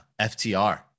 FTR